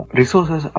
resources